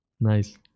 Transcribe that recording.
Nice